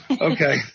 Okay